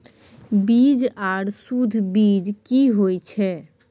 बीज आर सुध बीज की होय छै?